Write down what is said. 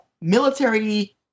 military